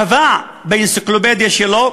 קבע באנציקלופדיה שלו,